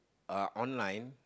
uh online